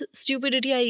stupidity